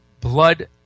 blood